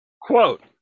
quote